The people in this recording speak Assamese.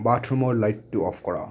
বাথৰুমৰ লাইটটো অফ কৰা